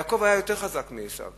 יעקב היה יותר חזק מעשו.